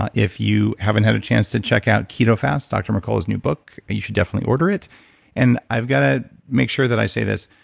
ah if you haven't had a chance to check out keto fast, dr. mercola's new book, and you should definitely order it and i've got to make sure that i say this,